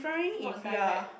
not direct